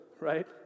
right